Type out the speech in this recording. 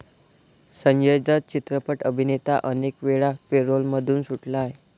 संजय दत्त चित्रपट अभिनेता अनेकवेळा पॅरोलमधून सुटला आहे